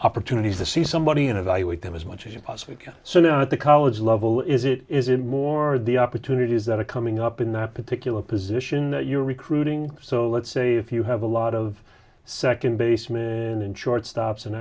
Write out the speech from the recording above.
opportunities to see somebody and evaluate them as much as you possibly can so now at the college level is it is it more the opportunities that are coming up in that particular position that you're recruiting so let's see if you have a lot of second basemen in shortstops